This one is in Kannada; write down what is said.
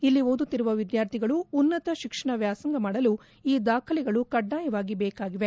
ಇಲ್ಲಿ ಓದುತ್ತಿರುವ ವಿದ್ಯಾರ್ಥಿಗಳು ಉನ್ನತ ಶಿಕ್ಷಣ ವ್ಯಾಸಂಗ ಮಾಡಲು ಈ ದಾಖಲೆಗಳು ಕಡ್ಡಾಯವಾಗಿ ಬೇಕಾಗಿವೆ